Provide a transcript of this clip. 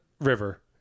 River